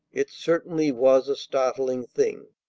it certainly was a startling thing.